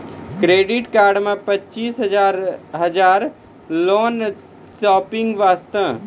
Credit card मे पचीस हजार हजार लोन शॉपिंग वस्ते?